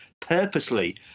purposely